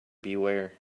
beware